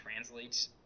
translate